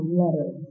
letter